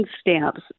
stamps